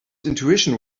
intuition